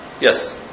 Yes